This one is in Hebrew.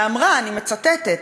ואמרה, אני מצטטת: